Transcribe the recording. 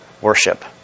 Worship